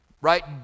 right